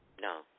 No